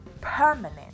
permanent